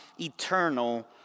eternal